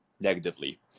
negatively